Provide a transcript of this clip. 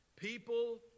People